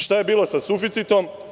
Šta je bilo sa suficitom?